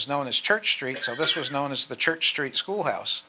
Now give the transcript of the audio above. was known as church street so this was known as the church street schoolhouse